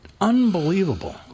unbelievable